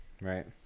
right